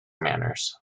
manners